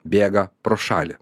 bėga pro šalį